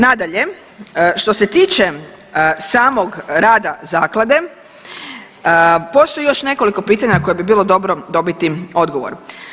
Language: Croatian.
Nadalje, što se tiče samog rada zaklade, postoji još nekoliko pitanja na koje bi bilo dobro dobiti odgovor.